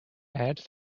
add